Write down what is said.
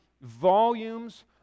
volumes